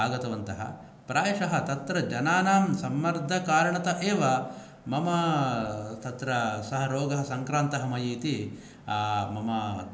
आगतवन्त प्रायश तत्र जनानां सम्मर्दकारणत एव मम तत्र स रोग सङ्क्रान्त मयि इति मम